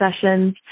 sessions